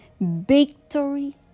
victory